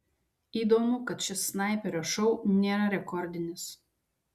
įdomu kad šis snaiperio šou nėra rekordinis